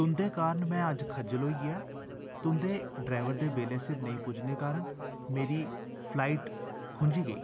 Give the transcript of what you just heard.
तुं'दे कारण में अज्ज खज्जल होई ऐ तुं'दे डरैबर दे बेल्लै सिर नेईं पुज्जने कारण मेरी फ्लाइट खूंझी गेई